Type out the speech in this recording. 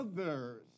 others